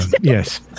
Yes